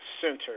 center